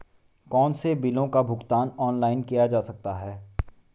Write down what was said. कौनसे बिलों का भुगतान ऑनलाइन किया जा सकता है?